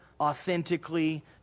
authentically